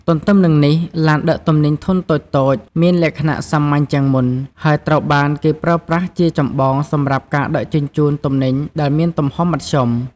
ទន្ទឹមនឹងនេះ ឡានដឹកទំនិញធុនតូចៗមានលក្ខណៈសាមញ្ញជាងមុន ហើយត្រូវបានគេប្រើប្រាស់ជាចម្បងសម្រាប់ការដឹកជញ្ជូនទំនិញដែលមានទំហំមធ្យម។